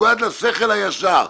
שמנוגד לשכל הישר.